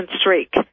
streak